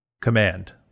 Command